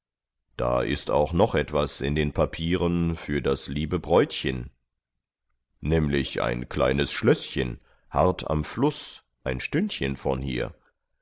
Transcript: da ist auch noch etwas in den papieren für das liebe bräutchen nämlich ein kleines schlößchen hart am fluß ein stündchen von hier